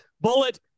Bullet